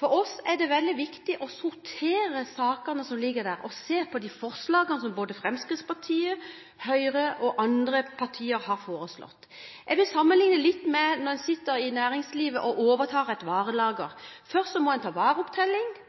For oss er det viktig å sortere de sakene som ligger der, og se på de forslagene som både Fremskrittspartiet, Høyre og andre partier har foreslått. Jeg vil sammenligne litt med når en i næringslivet overtar et varelager. Først må en foreta vareopptelling. Så må en